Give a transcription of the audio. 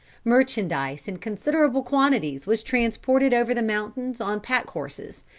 merchandise in considerable quantities was transported over the mountains on pack horses,